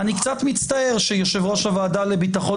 אני קצת מצטער שיושב-ראש הוועדה לביטחון